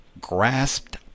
grasped